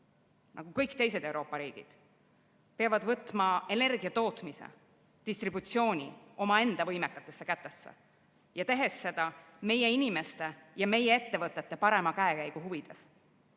kõik teised Euroopa riigid peavad võtma energia tootmise distributsiooni omaenda võimekatesse kätesse ja tegema seda meie inimeste ja meie ettevõtete parema käekäigu huvides.